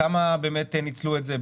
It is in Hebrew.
כמה באמת ניצלו את זה,